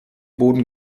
boden